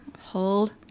Hold